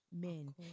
men